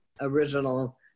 original